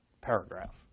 paragraph